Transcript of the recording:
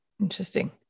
Interesting